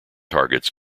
targets